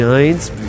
Giants